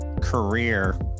career